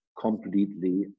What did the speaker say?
completely